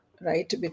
right